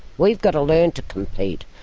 we've got to learn to compete.